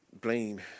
blame